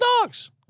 dogs